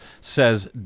says